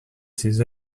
ses